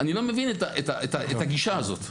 אני לא מבין את הגישה הזאת.